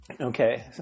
Okay